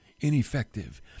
ineffective